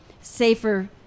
Safer